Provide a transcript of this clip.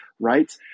right